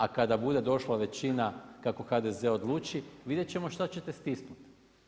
A kada bude došla većina kako HDZ odluči, vidjet ćemo šta ćete stisnut.